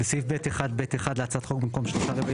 הצבעה בעד, 3 נגד,